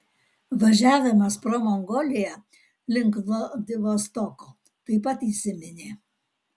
važiavimas pro mongoliją link vladivostoko taip pat įsiminė